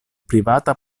privata